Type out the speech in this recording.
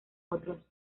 otros